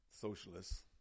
socialists